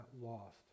lost